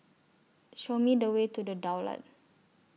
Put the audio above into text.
Show Me The Way to The Daulat